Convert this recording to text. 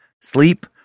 Sleep